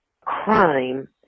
crime